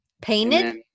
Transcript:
Painted